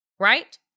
right